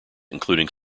including